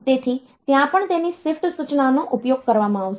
તેથી ત્યાં પણ તેની શિફ્ટ સૂચનાનો ઉપયોગ કરવામાં આવશે